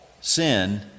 sin